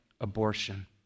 abortion